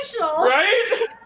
Right